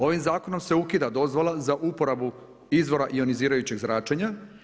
Ovim zakonom se ukida dozvola za uporabu izvora ionizirajućeg zračenja.